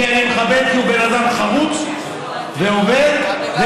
כי אני מכבד, כי הוא בן אדם חרוץ ועובד ואכפתי.